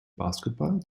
basketball